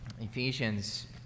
Ephesians